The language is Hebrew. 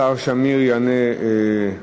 השר שמיר יסביר,